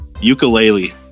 Ukulele